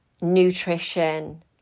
nutrition